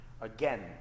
Again